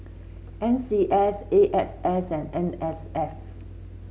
N C S A S S and N S F